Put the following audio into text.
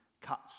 cuts